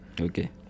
okay